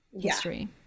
history